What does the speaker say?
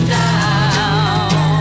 down